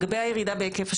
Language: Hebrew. לפחות מה שאני מאמינה בו.